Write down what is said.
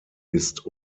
ist